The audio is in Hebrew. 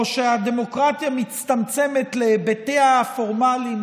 שהדמוקרטיה מצטמצמת להיבטיה הפורמליים,